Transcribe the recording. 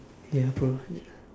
ya probably